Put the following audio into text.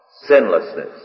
sinlessness